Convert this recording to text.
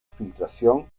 filtración